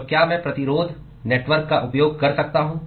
तो क्या मैं प्रतिरोध नेटवर्क का उपयोग कर सकता हूँ